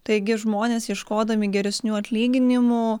taigi žmonės ieškodami geresnių atlyginimų